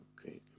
Okay